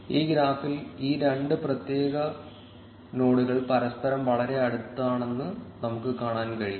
ഈ ഗ്രാഫിൽ ഈ രണ്ട് പ്രത്യേക നോഡുകൾ പരസ്പരം വളരെ അടുത്താണെന്ന് നമുക്ക് കാണാൻ കഴിയും